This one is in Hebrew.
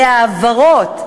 להעברות,